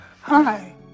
Hi